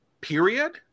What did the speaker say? period